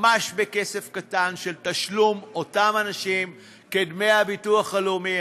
ממש בכסף קטן: תשלום מאותם אנשים לדמי הביטוח הלאומי.